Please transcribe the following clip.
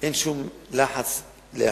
אין שום לחץ לאחד.